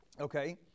Okay